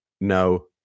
No